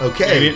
Okay